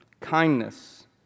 kindness